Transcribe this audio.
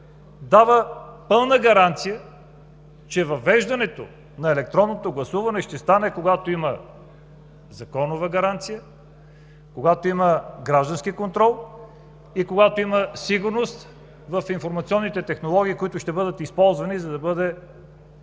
дава пълна гаранция, че въвеждането на електронното гласуване ще стане, когато има законова гаранция, когато има граждански контрол и когато има сигурност в информационните технологии, които ще бъдат използвани, за да бъде